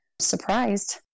surprised